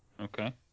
Okay